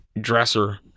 dresser